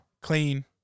clean